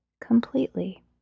completely